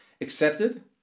Accepted